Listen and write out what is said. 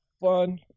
fun